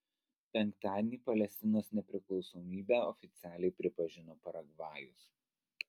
penktadienį palestinos nepriklausomybę oficialiai pripažino paragvajus